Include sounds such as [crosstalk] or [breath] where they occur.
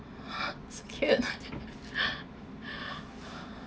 [breath] it's a kid [laughs]